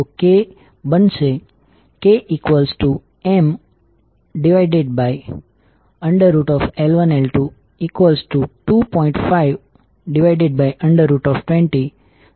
તેથી આપણી પાસે ચાર ટર્મિનલ્સ હોવાથી આપણે મ્યુચ્યુઅલ વોલ્ટેજની પોલારીટી શોધવા માટે પેસીવ સાઇન કન્વેશન નો ઉપયોગ સીધી રીતે કરી શકતા નથી